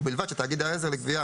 ובלבד שתאגיד העזר לגבייה,